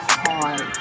hard